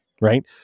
right